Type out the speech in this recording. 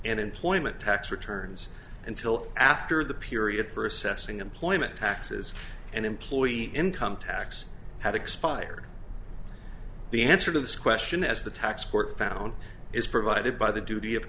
an employment tax returns until after the period for assessing employment taxes and employee income tax had expired the answer to this question as the tax court found is provided by the duty of